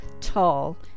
tall